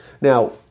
Now